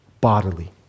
bodily